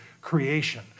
creation